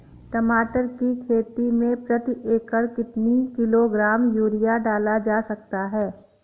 टमाटर की खेती में प्रति एकड़ कितनी किलो ग्राम यूरिया डाला जा सकता है?